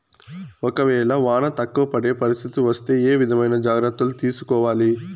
ఒక వేళ వాన తక్కువ పడే పరిస్థితి వస్తే ఏ విధమైన జాగ్రత్తలు తీసుకోవాలి?